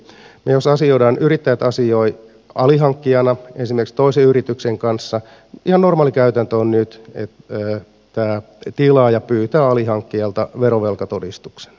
jos yrittäjä asioi alihankkijana esimerkiksi toisen yrityksen kanssa ihan normaali käytäntö on nyt että tämä tilaaja pyytää alihankkijalta verovelkatodistuksen